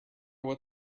what